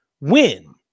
win